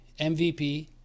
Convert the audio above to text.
MVP